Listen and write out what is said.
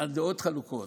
הדעות חלוקות.